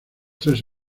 tres